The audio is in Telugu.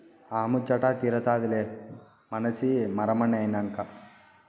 ఆ ముచ్చటా తీరతాదిలే మనసి మరమనినైనంక